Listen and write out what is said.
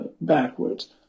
backwards